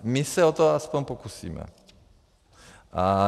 My se o to aspoň pokusíme.